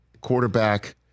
quarterback